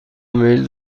میل